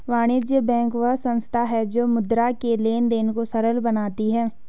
वाणिज्य बैंक वह संस्था है जो मुद्रा के लेंन देंन को सरल बनाती है